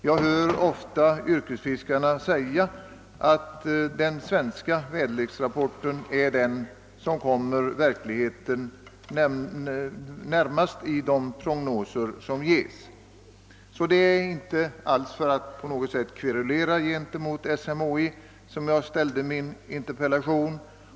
Jag hör ofta yrkesfiskarna säga att prognoserna i den svenska väderleksrapporten är de som kommer verkligheten närmast, Det var alltså inte alls för att på något sätt klaga på SMHI som jag framställde min interpellation.